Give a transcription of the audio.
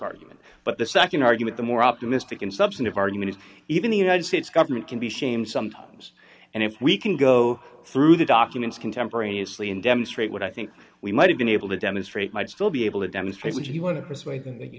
argument but the nd argument the more optimistic and substantive argument is even the united states government can be shamed sometimes and if we can go through the documents contemporaneously and demonstrate what i think we might have been able to demonstrate might still be able to demonstrate what you want to persuade them that you